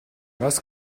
was